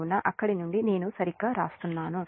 కాబట్టి అక్కడి నుండి నేను సరిగ్గా వ్రాస్తున్నాను